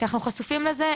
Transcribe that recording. כי אנחנו חשופים לזה,